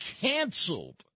canceled